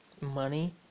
money